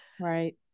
Right